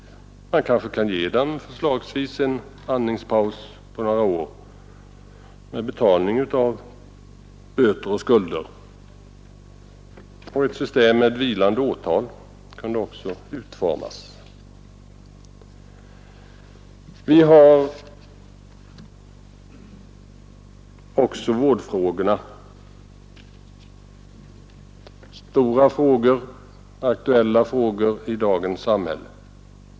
Man Onsdagen den kanske kan ge dem en andningspaus på förslagsvis några år med anstånd 22 mars 1972 av betalningen av böter och skulder, och ett system med vilande åtal kunde också utformas. Vi har också vårdfrågorna, stora aktuella frågor i dagens samhälle.